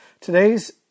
Today's